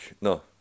no